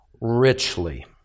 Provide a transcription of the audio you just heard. richly